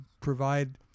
provide